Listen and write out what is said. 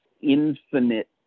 infinite